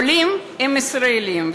עולים הם ישראלים,